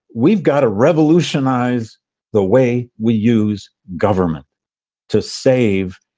we've got to revolutionize the way we use government to save.